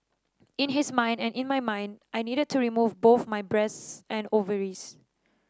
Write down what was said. in his mind and in my mind I needed to remove both my breasts and ovaries